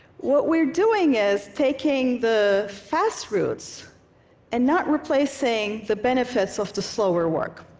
what we're doing is taking the fast routes and not replacing the benefits of the slower work.